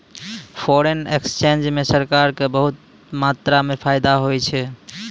foreign exchange म सरकार क बहुत मात्रा म फायदा होय छै